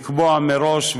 לקבוע מראש,